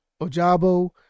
Ojabo